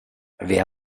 wer